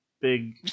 big